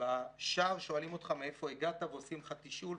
בשער שואלים אותך מאיפה הגעת ועושים לך תשאול,